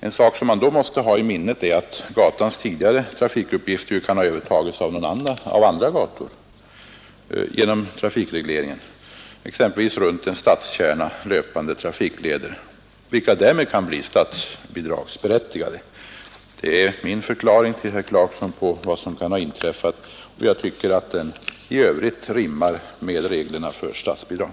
En sak som man då måste ha i minnet är, att gatans tidigare trafikuppgifter genom trafikregleringen kan ha övertagits av andra gator, exempelvis av runt en stadskärna löpande trafikleder, vilka därmed kan bli statsbidragsberättigade. Det är min förklaring till herr Clarkson av vad som kan ha inträffat, och jag tycker att den i övrigt rimmar väl med reglerna för statsbidrag.